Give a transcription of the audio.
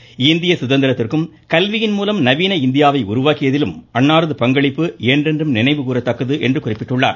hertz Vardhan சுதந்திரத்திற்கும் கல்வியின் மூலம் நவீன இந்தியாவை உருவாக்கியதிலும் அன்னாரது பங்களிப்பு என்றென்றும் நினைவு கூறத்தக்கது என்று குறிப்பிட்டுள்ளார்